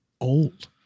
old